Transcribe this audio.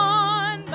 on